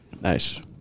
Nice